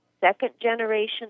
second-generation